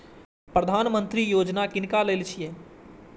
प्रधानमंत्री यौजना किनका लेल छिए?